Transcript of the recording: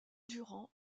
durand